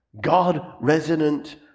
God-resonant